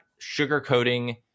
sugarcoating